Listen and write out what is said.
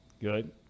Good